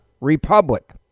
republic